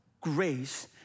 Grace